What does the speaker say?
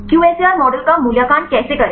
QSAR model का मूल्यांकन कैसे करें